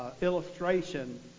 illustration